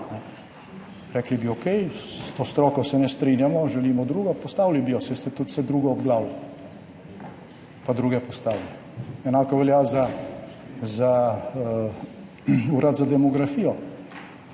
Rekli bi, okej, s to stroko se ne strinjamo, želimo drugo. Postavili bi jo, saj ste tudi vse druge obglavili, pa druge postavili. Enako velja za Urad za demografijo,